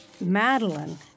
Madeline